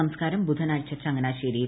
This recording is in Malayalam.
സംസ്ക്കാരം ബുധനാഴ്ച ചങ്ങനാശേരിയിൽ